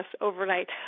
overnight